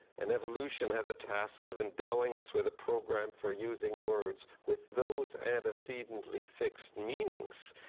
and evolution had the task of endowing us with a program for using words with those antecedently-fixed meanings.